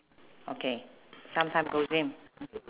okay sometime go gym